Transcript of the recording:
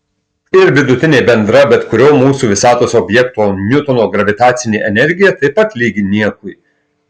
ir vidutinė bendra bet kurio mūsų visatos objekto niutono gravitacinė energija taip pat lygi niekui